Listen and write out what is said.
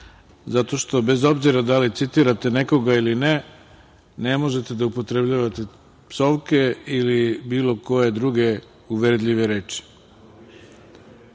zato što, bez obzira da li citirate nekoga ili ne, ne možete da upotrebljavate psovke ili bilo koje druge uvredljive reči.